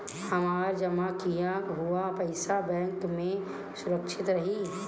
हमार जमा किया हुआ पईसा बैंक में सुरक्षित रहीं?